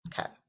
okay